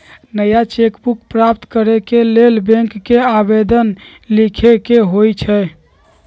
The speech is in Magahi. नया चेक बुक प्राप्त करेके लेल बैंक के आवेदन लीखे के होइ छइ